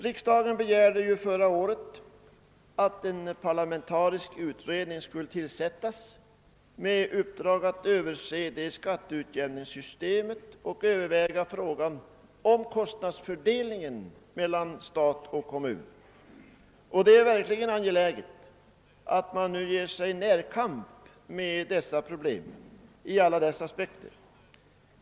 Riksdagen begärde förra året att en parlamentarisk utredning skulle tillsättas med uppdrag att göra en Ööversyn av skatteutjämningssystemet och överväga frågan om kostnadsfördelningen mellan stat och kommun. Det är verkligen angeläget att man nu går in i närkamp med dessa problem i alla deras aspekter.